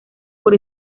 por